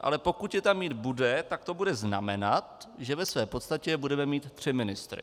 Ale pokud je tam mít bude, tak to bude znamenat, že v podstatě budeme mít tři ministry.